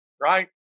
right